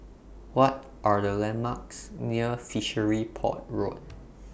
What Are The landmarks near Fishery Port Road